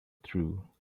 through